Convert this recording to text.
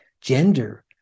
gender